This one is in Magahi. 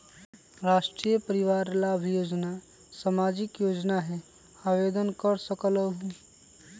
राष्ट्रीय परिवार लाभ योजना सामाजिक योजना है आवेदन कर सकलहु?